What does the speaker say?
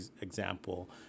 example